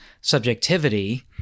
subjectivity